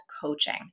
coaching